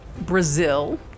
Brazil